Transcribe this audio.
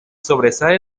sobresale